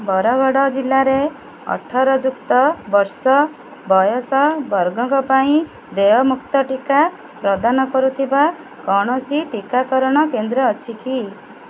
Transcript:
ବରଗଡ଼ ଜିଲ୍ଲାରେ ଅଠର ଯୁକ୍ତ ବର୍ଷ ବୟସ ବର୍ଗଙ୍କ ପାଇଁ ଦେୟମୁକ୍ତ ଟିକା ପ୍ରଦାନ କରୁଥିବା କୌଣସି ଟିକାକରଣ କେନ୍ଦ୍ର ଅଛି କି